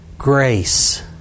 Grace